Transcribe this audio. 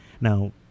Now